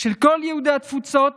של כל יהודי התפוצות